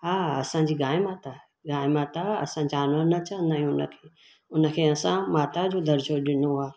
हा असांजी गाय माता गांहि माता असां जानवर न चवंदा आहियूं उन खे उन खे असां माता जो दर्ज़ो ॾिनो आहे